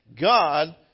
God